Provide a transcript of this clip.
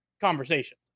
conversations